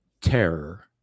terror